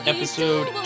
Episode